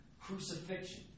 Crucifixion